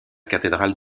cathédrale